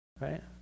right